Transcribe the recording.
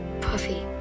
Puffy